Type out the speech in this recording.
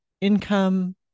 income